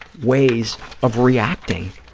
ways of reacting